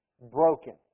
broken